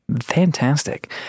Fantastic